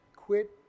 Quit